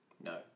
No